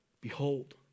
Behold